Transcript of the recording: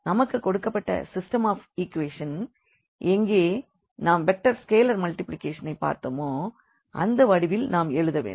நமக்குக் கொடுக்கப்பட்ட system of ஈக்வெஷனை எங்கே நாம் வெக்டர் ஸ்கேலர் மல்டிப்ளிகேஷனைப் பார்த்தோமோ அந்த வடிவில் நாம் எழுத வேண்டும்